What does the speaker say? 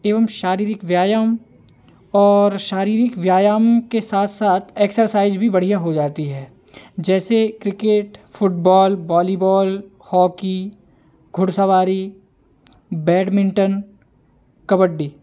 एवं शारीरिक व्यायाम और शारीरिक व्यायाम के साथ साथ एक्सरसाइज भी बढ़िया हो जाती है जैसे क्रिकेट फुटबॉल वॉलीबॉल हॉकी घुड़सवारी बैडमिंटन कबड्डी